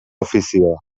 ofizioa